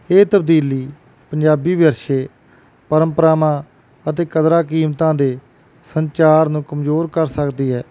ਇਹ ਤਬਦੀਲੀ ਪੰਜਾਬੀ ਵਿਰਸੇ ਪਰੰਪਰਾਵਾਂ ਅਤੇ ਕਦਰਾਂ ਕੀਮਤਾਂ ਦੇ ਸੰਚਾਰ ਨੂੰ ਕਮਜ਼ੋਰ ਕਰ ਸਕਦੀ ਹੈ